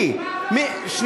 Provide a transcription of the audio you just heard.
מה אתה עשית?